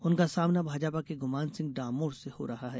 उनका सामना भाजपा के गुमान सिंह डामोर से हो रहा है